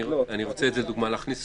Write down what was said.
הייתה לדוגמה הוראה